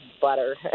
butter